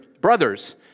Brothers